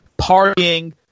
partying